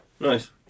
Nice